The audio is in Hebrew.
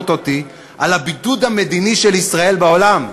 מקוממות אותי, על הבידוד המדיני של ישראל בעולם.